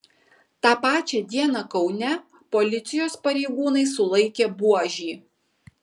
tą pačią dieną kaune policijos pareigūnai sulaikė buožį